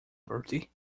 bertie